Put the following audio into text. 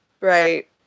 Right